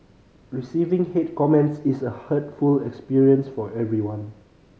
receiving hate comments is a hurtful experience for anyone